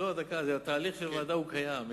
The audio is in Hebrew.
התהליך של ועדה קיים,